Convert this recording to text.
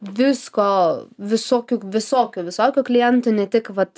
visko visokių visokių visokių klientų ne tik vat